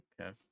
okay